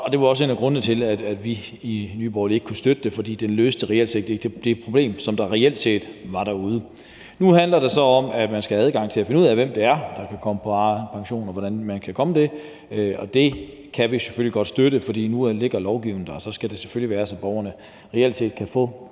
Det var også en af grundene til, at vi i Nye Borgerlige ikke kunne støtte det, fordi det reelt set ikke løste det problem, som der reelt set var derude. Nu handler det så om, at man skal have adgang til at finde ud af, hvem det er, der kan komme på Arnepension, og hvordan de kan komme det, og det kan vi selvfølgelig godt støtte, for nu ligger lovgivningen der, og så skal det selvfølgelig være sådan, at borgerne reelt set kan få